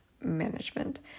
management